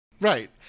Right